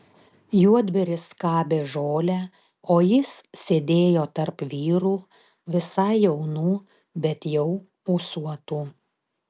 juodbėris skabė žolę o jis sėdėjo tarp vyrų visai jaunų bet jau ūsuotų